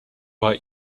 our